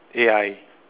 A_I